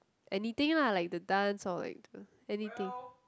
anything lah like the dance or like the anything